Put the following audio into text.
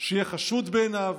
שיהיה חשוד בעיניו,